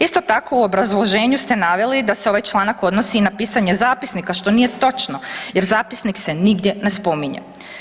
Isto tako, u obrazloženju ste naveli da se ovaj članak odnosi i na pisanje zapisnika, što nije točno jer zapisnik se nigdje ne spominje.